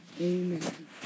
amen